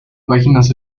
páginas